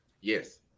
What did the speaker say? yes